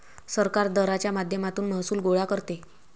सरकार दराच्या माध्यमातून महसूल गोळा करते